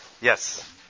Yes